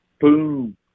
boom